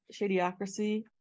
shadyocracy